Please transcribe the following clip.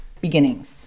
Beginnings